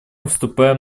вступаем